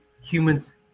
humans